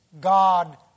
God